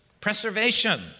preservation